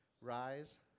Rise